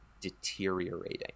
deteriorating